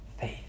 faith